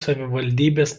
savivaldybės